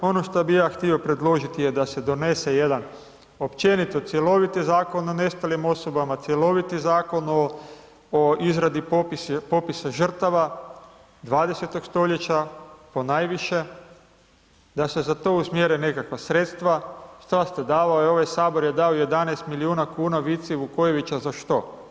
Ono što bi ja htio predložiti je da se donese jedan općenito cjeloviti Zakon o nestalim osobama, cjeloviti Zakon o izradi popisa žrtava, 20. stoljeća ponajviše, da se za to usmjere nekakva sredstva, šta ste davali, ovaj HS je dao 11 milijuna kuna Vici Vukojeviću za što?